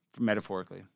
metaphorically